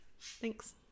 Thanks